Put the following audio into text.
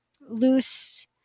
loose